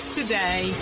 today